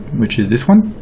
which is this one,